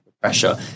pressure